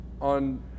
on